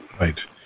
Right